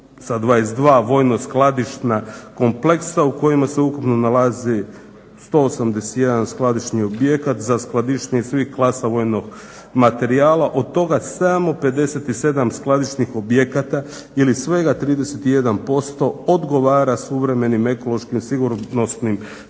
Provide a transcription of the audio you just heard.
sa 22 vojno-skladišna kompleksa u kojima se ukupno nalazi 181 skladišni objekat za skladištenje svih klasa vojnog materijala od toga samo 57 skladišnih objekata ili svega 31% odgovara suvremenim ekološkim sigurnosnim propisima